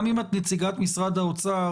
גם אם את נציגת משרד האוצר,